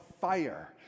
fire